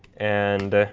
and